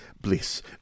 Bliss